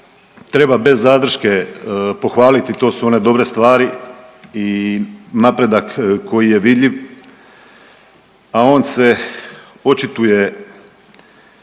treba bez zadrške pohvaliti to su one dobre stvari i napredak koji je vidljiv, a on se očituje